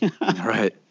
Right